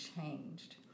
changed